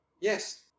Yes